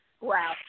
Wow